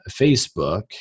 Facebook